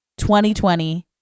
2020